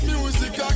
Music